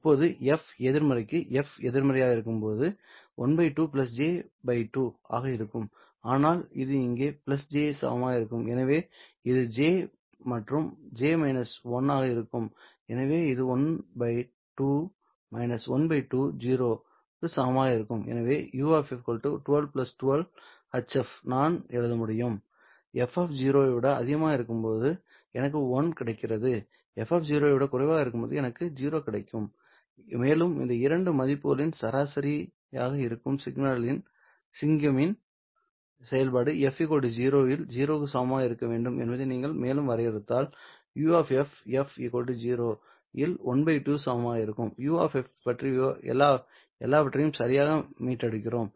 இப்போது f எதிர்மறைக்கு f எதிர்மறையாக இருக்கும்போது இது 12 j 2 ஆக இருக்கும் ஆனால் இது இங்கே j க்கு சமமாக இருக்கும் எனவே இது j மற்றும் j 1 ஆக இருக்கும் எனவே ஒரு 1 2 12 0 க்கு சமமாக இருக்கும் அதனால் U 12 12 H நான் எழுத முடியும் f 0 ஐ விட அதிகமாக இருக்கும்போது எனக்கு 1 கிடைக்கிறது f 0 ஐ விட குறைவாக இருக்கும்போது எனக்கு 0 கிடைக்கும்மேலும் இந்த இரண்டு மதிப்புகளின் சராசரியாக இருக்கும் சிக்னமின் செயல்பாடு f 0 இல் 0 க்கு சமமாக இருக்க வேண்டும் என்பதை நீங்கள் மேலும் வரையறுத்தால் U f 0 இல் 12 க்கு சமமாக இருக்கும் U பற்றிய எல்லாவற்றையும் சரியாக மீட்டெடுக்கிறோம்